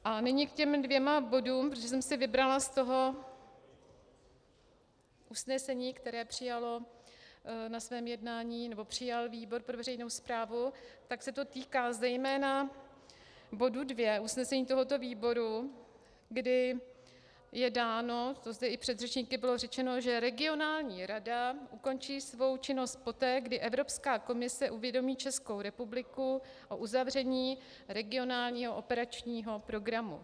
A nyní k těm dvěma bodům, protože jsem si vybrala z toho usnesení, které přijal na svém jednání výbor pro veřejnou správu, tak se to týká zejména bodu 2 usnesení tohoto výboru, kdy je dáno, to zde i předřečníky bylo řečeno, že regionální rada ukončí svou činnost poté, kdy Evropská komise uvědomí Českou republiku o uzavření regionálního operačního programu.